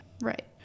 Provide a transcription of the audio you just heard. Right